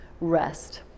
rest